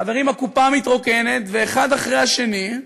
חברים, הקופה מתרוקנת, ואחד אחרי השני,